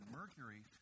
mercury